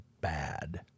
bad